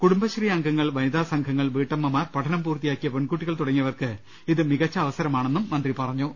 കുടുംബശ്രീ അംഗങ്ങൾ വനിതാ സംഘ ങ്ങൾ വീട്ടമ്മമാർ പഠനം പൂർത്തിയാക്കിയ പെൺകുട്ടികൾ തുടങ്ങിയവർക്ക് ഇത് മികച്ച അവസരമാണെന്ന് മന്ത്രി പറഞ്ഞു